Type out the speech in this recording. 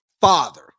father